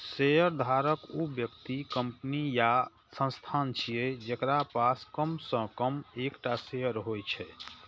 शेयरधारक ऊ व्यक्ति, कंपनी या संस्थान छियै, जेकरा पास कम सं कम एकटा शेयर होइ छै